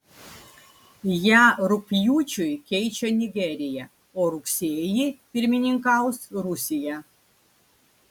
ją rugpjūčiui keičia nigerija o rugsėjį pirmininkaus rusija